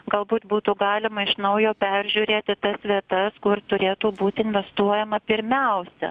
galbūt būtų galima iš naujo peržiūrėti tas vietas kur turėtų būti investuojama pirmiausia